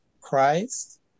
Christ